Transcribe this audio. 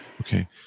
Okay